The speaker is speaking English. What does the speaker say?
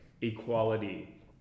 equality